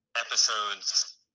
episodes